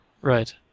Right